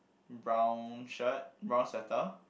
brown shirt brown sweater